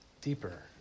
Deeper